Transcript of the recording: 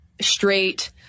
Straight